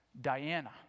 Diana